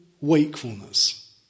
wakefulness